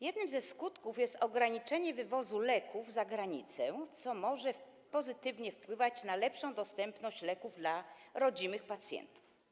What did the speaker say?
Jednym ze skutków jest ograniczenie wywozu leków za granicę, co może pozytywnie wpływać na lepszą dostępność leków dla rodzimych pacjentów.